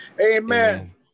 amen